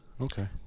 Okay